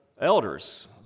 elders